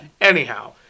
Anyhow